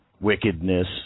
wickedness